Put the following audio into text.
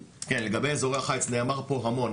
לגבי אזורי החייץ נאמר פה המון,